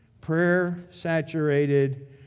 Prayer-saturated